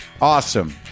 Awesome